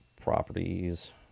Properties